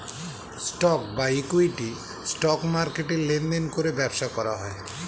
stock বা equity, stock মার্কেটে লেনদেন করে ব্যবসা করা হয়